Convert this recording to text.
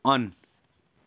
on